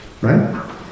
right